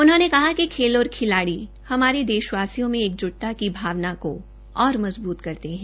उन्होंने कहा कि खेल और खिलाडी हमारे देशवासियों में एकजुटता की भावना को और मजबूत करते हैं